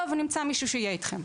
טוב, נמצא מישהו שיהיה איתכם.